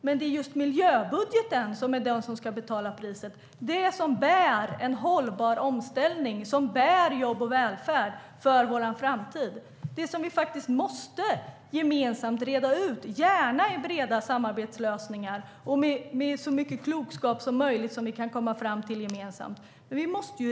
Men det är just miljöbudgeten som är den som ska betala priset, den som bär en hållbar omställning, som bär jobb och välfärd för vår framtid. Det är något som vi gemensamt måste reda ut, gärna med breda samarbetslösningar och med så mycket klokskap som möjligt som vi kan komma fram till gemensamt.